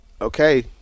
okay